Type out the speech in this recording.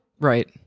Right